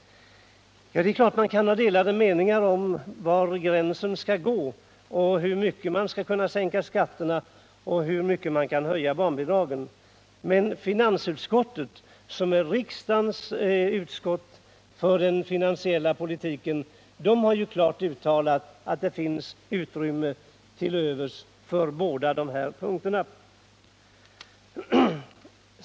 Det är klart att man kan ha delade meningar om var gränsen skall gå och hur mycket man kan sänka skatterna eller hur mycket man kan höja barnbidragen. Men finansutskottet, som är riksdagens utskott för den finansiella politiken, har klart uttalat att det finns utrymme över för båda de här punkterna.